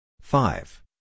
five